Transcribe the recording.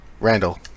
Randall